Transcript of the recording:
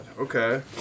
Okay